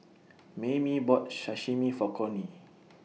Maymie bought Sashimi For Cornie